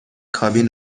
کابین